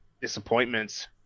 disappointments